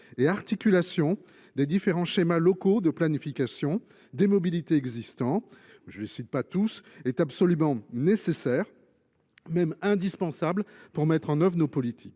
l’articulation des différents schémas locaux de planification des mobilités existants – je ne les cite pas tous – est nécessaire et même indispensable pour mettre en œuvre nos politiques.